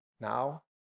now